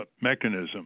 mechanism